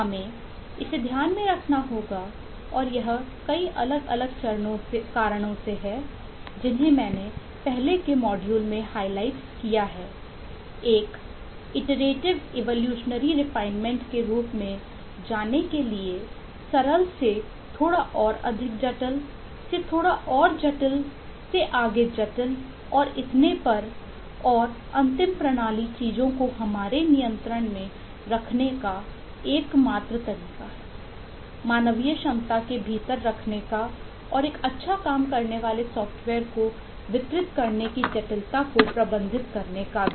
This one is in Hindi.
हमें इसे ध्यान में रखना होगा और यह कई अलग अलग कारणों से है जिन्हें मैंने पहले के मॉड्यूल में हाइलाइट किया है एक इटरेटिव इवोल्यूशनरी रिफाइंमेंट के रूप में जाने के लिए सरल से थोड़ा और अधिक जटिल से थोड़ा और जटिल से आगे जटिल और इतने पर और अंतिम प्रणाली चीजों को हमारे नियंत्रण में रखने का एकमात्र तरीका है मानवीय क्षमता के भीतर रखने का और एक अच्छा काम करने वाले सॉफ़्टवेयर को वितरित करने की जटिलता को प्रबंधित करने का भी